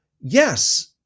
yes